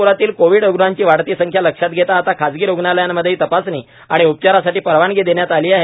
नागप्रातील कोव्हिड रुग्णांची वाढती संख्या लक्षात घेता आता खाजगी रुग्णालयांमध्येही तपासणी आणि उपचारासाठी परवानगी देण्यात आली आहे